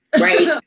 Right